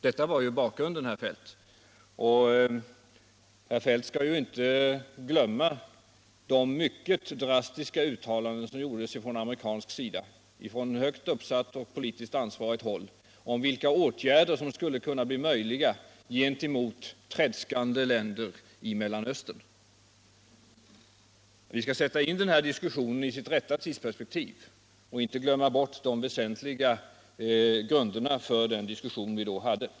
Detta var ju bakgrunden, herr Feldt, och herr Feldt skall inte glömma de mycket drastiska uttalanden som gjordes från högt uppsatt och politiskt ansvarigt amerikanskt håll om vilka åtgärder som skulle kunna bli möjliga gentemot tredskande länder i Mellanöstern. Vi skall sätta in denna diskussion i dess rätta tidsperspektiv och inte glömma bort de väsentliga grunderna för den diskussion vi då hade.